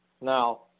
Now